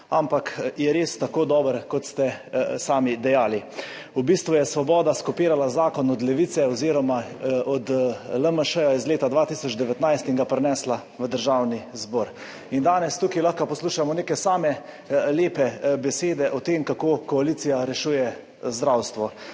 Ampak, je res tako dober, kot ste sami dejali? V bistvu je Svoboda skopirala zakon od Levice oziroma od LMŠ iz leta 2019 in ga prinesla v Državni zbor. In danes tukaj lahko poslušamo same lepe besede o tem, kako koalicija rešuje zdravstvo.